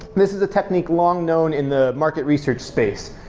this is a technique long known in the market research space.